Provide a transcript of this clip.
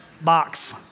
box